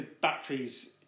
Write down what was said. batteries